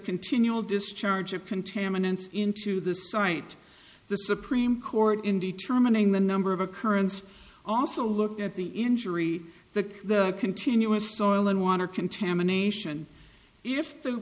continual discharge of contaminants into the site the supreme court in determining the number of occurrence also looked at the injury the continuous oil and water contamination if the